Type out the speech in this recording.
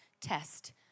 test